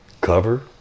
cover